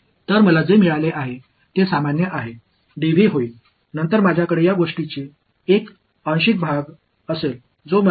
எனவே என்ன நடக்கும் என்றாள் dV பொதுவானது ஆக இருக்கும் பின்னர் இந்த மற்ற விதிமுறைகளுடன் எனக்கு இறுதியாக ஒரு பகுதியைக் கொடுக்கும்